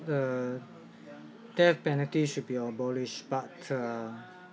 the death penalty should be abolished but uh